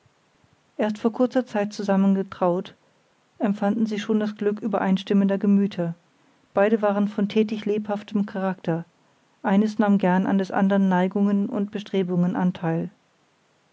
erst vor kurzer zeit zusammen getraut empfanden sie schon das glück übereinstimmender gemüter beide waren von tätig lebhaftem charakter eines nahm gern an des andern neigungen und bestrebungen